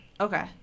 Okay